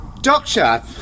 Doctor